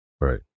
Right